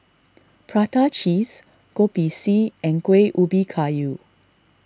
Prata Cheese Kopi C and Kueh Ubi Kayu